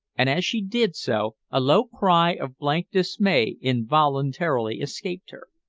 and as she did so a low cry of blank dismay involuntarily escaped her.